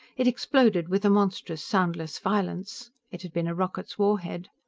it exploded with a monstrous, soundless, violence. it had been a rocket's war head.